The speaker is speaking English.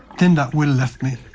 then that will left me.